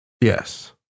Yes